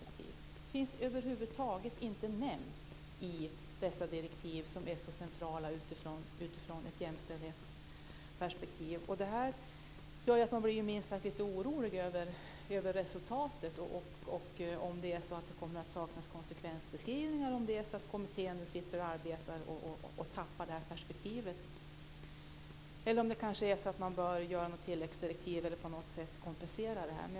De finns över huvud taget inte nämnda i dessa direktiv, som är så centrala från ett jämställdhetsperspektiv. Detta gör att man blir minst sagt orolig över resultatet och om det kommer att saknas konsekvensbeskrivningar. Man oroas över om kommittén som nu arbetar ska tappa jämställdhetsperspektivet. Eller bör man kanske göra ett tilläggsdirektiv eller på något sätt kompensera för detta?